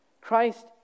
Christ